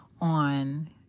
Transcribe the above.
on